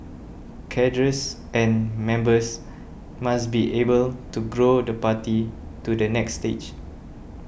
cadres and members must be able to grow the party to the next stage